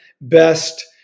best